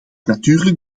natuurlijk